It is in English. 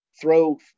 throw